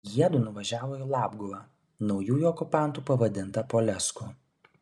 jiedu nuvažiavo į labguvą naujųjų okupantų pavadintą polesku